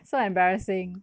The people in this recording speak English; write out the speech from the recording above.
so embarrassing